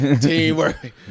teamwork